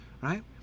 right